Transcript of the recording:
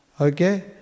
Okay